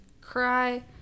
cry